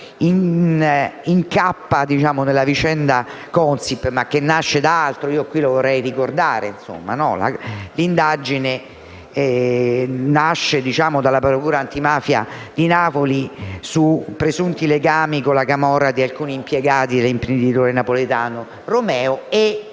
incappa nella vicenda Consip, nasce da altro. Vorrei ricordare che l'indagine nasce dalla procura antimafia di Napoli su presunti legami con la camorra di alcuni impiegati dell'imprenditore napoletano Romeo e